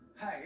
Hey